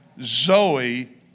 Zoe